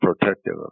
protective